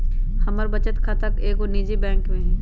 हमर बचत खता एगो निजी बैंक में हइ